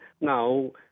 now